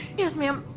yes ma'am.